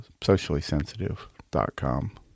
sociallysensitive.com